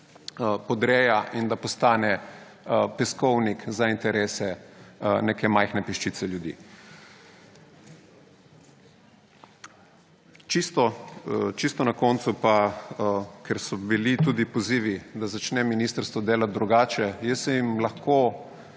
podreja in da postane peskovnik za interese neke majhne peščice ljudi. Čisto na koncu pa, ker so bili tudi pozivi, da začne ministrstvo delati drugače. Jaz se jim lahko